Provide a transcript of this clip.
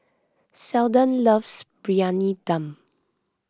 Seldon loves Briyani Dum